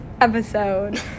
episode